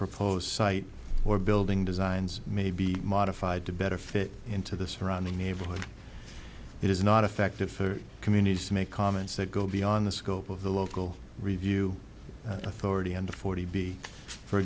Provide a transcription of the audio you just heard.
proposed site or building designs may be modified to better fit into the surrounding neighborhood it is not effective for communities to make comments that go beyond the scope of the local review authority under forty b for